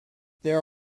there